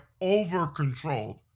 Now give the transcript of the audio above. over-controlled